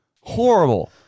Horrible